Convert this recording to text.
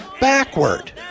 backward